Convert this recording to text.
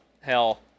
Hell